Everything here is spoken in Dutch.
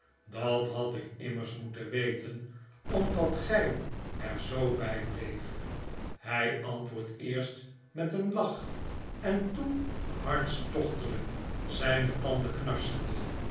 dat had ik immers moeten weten omdat gy er zoo by bleef hy antwoordt eerst met een lach en toen hartstochtelyk zijne tanden knarsende